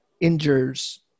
injures